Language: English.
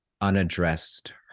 unaddressed